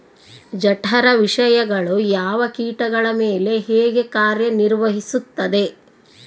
ಜಠರ ವಿಷಯಗಳು ಯಾವ ಕೇಟಗಳ ಮೇಲೆ ಹೇಗೆ ಕಾರ್ಯ ನಿರ್ವಹಿಸುತ್ತದೆ?